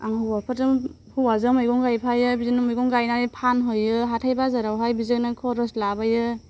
आं हौवाफोरजों हौवाजों मैगं गायफायो बिदिनो मैगं गायनानै फानहैयो हाथाइ बाजारावहाय बेजोंनो खरस लाबोयो